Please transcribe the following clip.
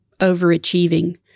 overachieving